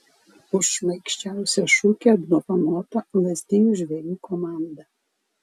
už šmaikščiausią šūkį apdovanota lazdijų žvejų komanda